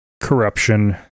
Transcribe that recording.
corruption